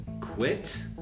quit